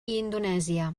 indonèsia